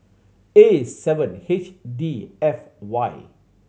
A seven H D F Y